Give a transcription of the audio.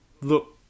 Look